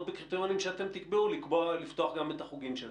בקריטריונים שאתם תקבעו לפתוח גם את החוגים שלה.